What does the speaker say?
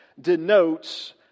denotes